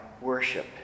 worship